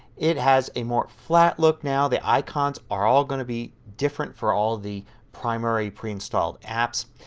it has a more flat look now. the icons are all going to be different for all the primary pre-installed apps,